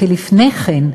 כי לפני כן,